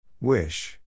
Wish